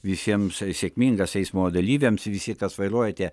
visiems sėkmingas eismo dalyviams visi kas vairuojate